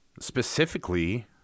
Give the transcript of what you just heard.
specifically